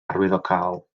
arwyddocaol